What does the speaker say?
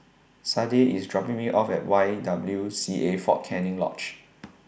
Sade IS dropping Me off At Y W C A Fort Canning Lodge